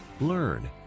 learn